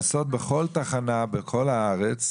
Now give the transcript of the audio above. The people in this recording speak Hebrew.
לעשות בכל תחנה בכל הארץ,